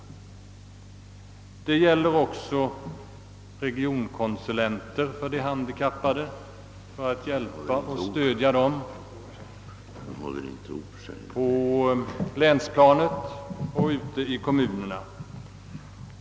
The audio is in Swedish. Det gäller också regionkonsulenter för de handikappade för hjälp och stöd på länsplanet och ute i kommunerna.